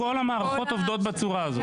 כל המערכות עובדות בצורה הזאת.